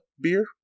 beer